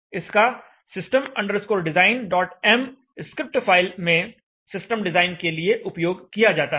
इसका system designm script file में system design के लिए उपयोग किया जाता है